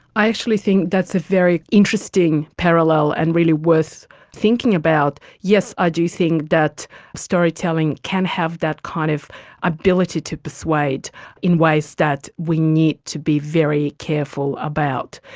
i actually think that's a very interesting parallel and really worth thinking about. yes, i do think that storytelling can have that kind of ability to persuade in ways that we need to be very careful about,